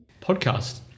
podcast